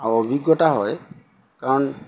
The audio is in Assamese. আৰু অভিজ্ঞতা হয় কাৰণ